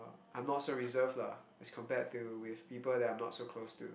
I'm not so reserved lah as compared to with people that I'm not so close to